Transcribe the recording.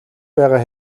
байгаа